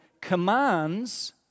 commands